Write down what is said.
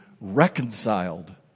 reconciled